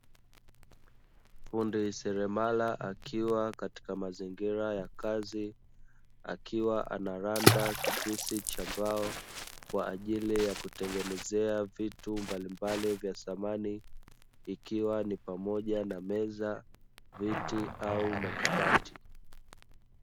Fundi seremala akiwa katika mazingira ya kazi. Akiwa anaranda kipisi cha mbao kwaajili ya kutengenezea vitu mbalimbali vya samani ikiwa ni pamoja na meza, viti au makabati.